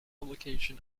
publication